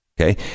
okay